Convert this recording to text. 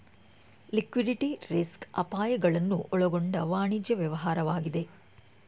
liquidity risk ಅಪಾಯಗಳನ್ನು ಒಳಗೊಂಡ ವಾಣಿಜ್ಯ ವ್ಯವಹಾರವಾಗಿದೆ